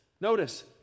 notice